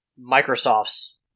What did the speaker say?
Microsoft's